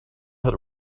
had